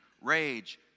rage